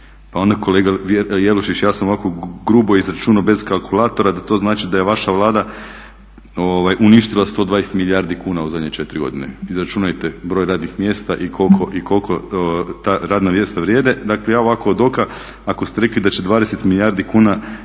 Pa onda kolega Jelušić, ja sam ovako grubo izračunao bez kalkulatora da to znači da je vaša Vlada uništila 120 milijardi kuna u zadnje 4 godine. Izračunajte broj radnih mjesta i koliko ta radna mjesta vrijede. Dakle ja ovako "od oka" ako ste rekli da će 20 milijardi kuna generirati